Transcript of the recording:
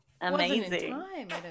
amazing